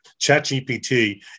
ChatGPT